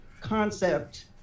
concept